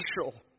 special